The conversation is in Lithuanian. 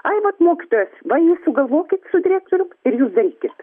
ai vat mokytojas va jūs sugalvokit su direktorium ir jūs darykit